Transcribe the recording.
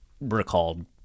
recalled